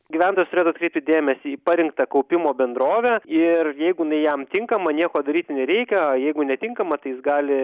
gyventojas turėtų atkreipti dėmesį į parinktą kaupimo bendrovę ir jeigu jinai jam tinkama nieko daryti nereikia o jeigu netinkama tai jis gali